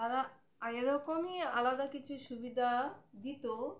তারা এরকমই আলাদা কিছু সুবিধা দিত